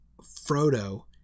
Frodo